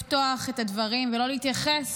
אי-אפשר שלא לפתוח את הדברים ולא להתייחס